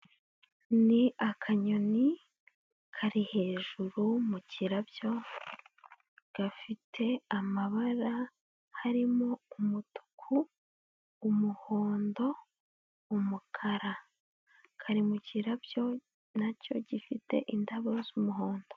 Ni akanyoni kari hejuru mu kirabyo, gafite amabara harimo umutuku, umuhondo, umukara. Kari mu kirabyo na cyo gifite indabo z'umuhondo.